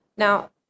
Now